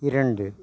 இரண்டு